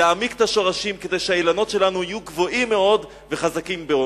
להעמיק את השורשים כדי שהאילנות שלנו יהיו גבוהים מאוד וחזקים מאוד.